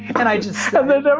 and i just. um and